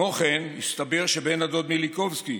כמו כן, הסתבר שבן הדוד מיליקובסקי